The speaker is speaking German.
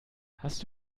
hast